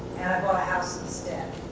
bought a house instead.